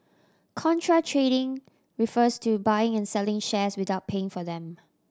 contra trading refers to buying and selling shares without paying for them